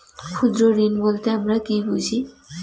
ক্ষুদ্র ঋণ বলতে আমরা কি বুঝি?